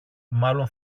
μάλλον